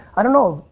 i don't know.